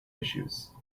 issues